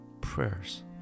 prayers